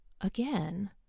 Again